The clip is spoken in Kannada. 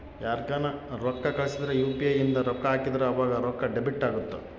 ಯಾರ್ಗನ ರೊಕ್ಕ ಕಳ್ಸಿದ್ರ ಯು.ಪಿ.ಇ ಇಂದ ರೊಕ್ಕ ಹಾಕಿದ್ರ ಆವಾಗ ರೊಕ್ಕ ಡೆಬಿಟ್ ಅಗುತ್ತ